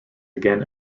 again